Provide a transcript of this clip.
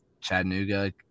Chattanooga